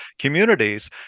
communities